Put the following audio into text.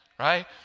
right